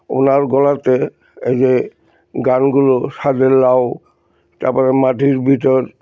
ওনার গলাতে এই যে গানগুলো সাধের লাউ তারপরে মাটির ভিতর